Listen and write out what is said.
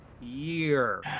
Year